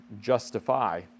justify